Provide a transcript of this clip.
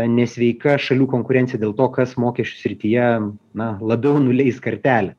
nesveika šalių konkurencija dėl to kas mokesčių srityje na labiau nuleis kartelę